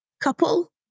couple